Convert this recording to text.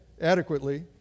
adequately